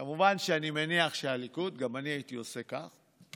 כמובן, אני מניח שהליכוד, גם אני הייתי עושה כך,